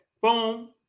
boom